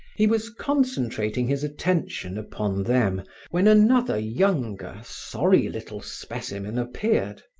he was concentrating his attention upon them when another younger, sorry little specimen appeared.